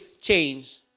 change